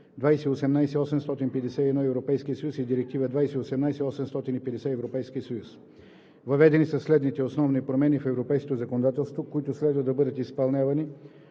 2018/851/ЕС и Директива 2018/850/ЕС. Въведени са следните основни промени в европейското законодателство, които следва да бъдат изпълнявани